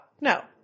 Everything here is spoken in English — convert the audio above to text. No